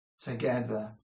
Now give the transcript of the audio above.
together